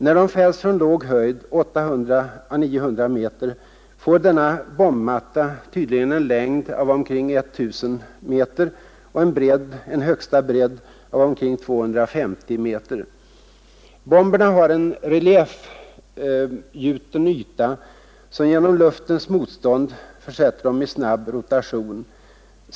När de fälls från låg höjd, 800—900 meter, får denna bombmatta tydligen en längd av omkring 1 000 meter och en högsta bredd av omkring 250 meter. Bomberna har en reliefgjuten yta, som genom luftens motstånd försätter dem i snabb rotation.